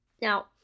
Now